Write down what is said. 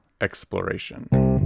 exploration